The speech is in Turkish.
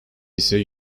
ise